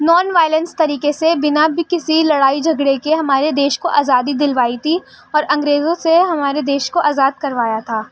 naan violence طریقے سے بنا کسی لڑائی جھگڑے کے ہمارے دیش کو آزادی دلائی تھی اور انگریزوں سے ہمارے دیش کو آزاد کرایا تھا